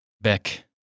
Beck